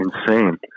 insane